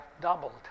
doubled